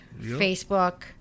Facebook